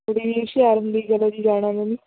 ਕੁੜੀ ਇੰਨੀ ਹੁਸ਼ਿਆਰ ਹੁੰਦੀ ਚਲੋ ਜੀ ਜਾਣਾ ਮੈਨੂੰ